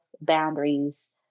boundaries